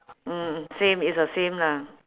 mm same is the same lah